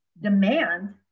demand